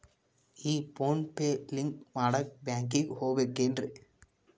ಈ PhonePe link ಮಾಡಾಕ ಬ್ಯಾಂಕಿಗೆ ಹೋಗ್ಬೇಕೇನ್ರಿ?